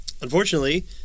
unfortunately